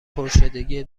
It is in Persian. پرشدگی